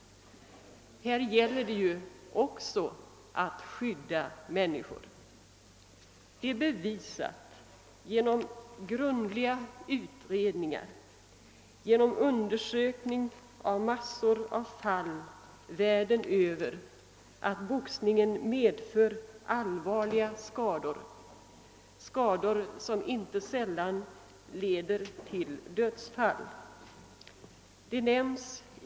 Här gäller det ju också att skydda människor. Genom grundliga utredningar och undersökningar av en mängd fall världen över är det bevisat, att boxningen medför allvarliga skador, skador som inte sällan leder till dödsfall.